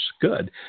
good